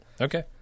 Okay